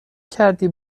کردی